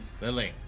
Lily